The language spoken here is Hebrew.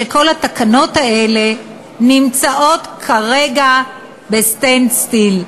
שכל התקנות האלה נמצאות כרגע ב-stand still,